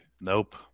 Nope